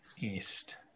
east